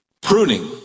Pruning